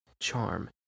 charm